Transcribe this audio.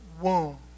womb